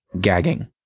gagging